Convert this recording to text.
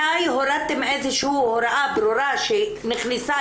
מתי הורדתם איזושהי הוראה ברורה שנכנסה